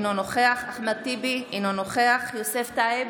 אינו נוכח אחמד טיבי, אינו נוכח יוסף טייב,